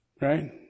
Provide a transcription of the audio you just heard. Right